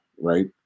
right